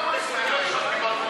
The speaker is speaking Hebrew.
כמה הסתייגויות,